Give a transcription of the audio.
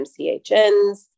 MCHNs